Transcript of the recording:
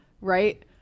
right